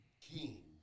king